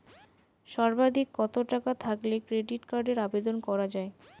সর্বাধিক কত টাকা থাকলে ক্রেডিট কার্ডের আবেদন করা য়ায়?